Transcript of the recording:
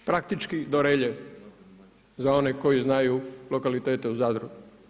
Praktički do Relje za one koji znaju lokalitete u Zadru.